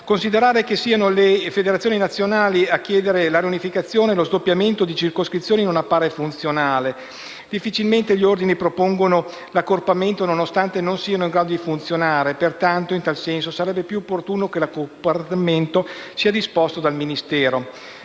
Considerare che siano le Federazioni nazionali a chiedere la riunificazione e lo sdoppiamento di circoscrizioni non appare funzionale. Difficilmente gli Ordini propongono l'accorpamento nonostante non siano in grado di funzionare. Pertanto, in tal senso sarebbe più opportuno che l'accorpamento fosse disposto dal Ministero.